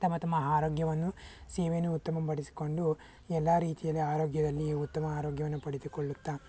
ತಮ್ಮ ತಮ್ಮ ಆರೋಗ್ಯವನ್ನು ಸೇವೆಯನ್ನು ಉತ್ತಮ ಪಡಿಸಿಕೊಂಡು ಎಲ್ಲ ರೀತಿಯಲ್ಲಿ ಆರೋಗ್ಯದಲ್ಲಿ ಉತ್ತಮ ಆರೋಗ್ಯವನ್ನು ಪಡೆದುಕೊಳ್ಳುತ್ತಾ